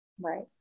right